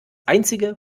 einzige